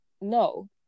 no